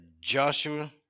Joshua